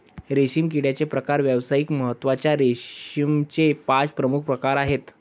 रेशीम किड्याचे प्रकार व्यावसायिक महत्त्वाच्या रेशीमचे पाच प्रमुख प्रकार आहेत